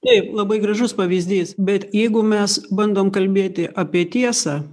taip labai gražus pavyzdys bet jeigu mes bandom kalbėti apie tiesą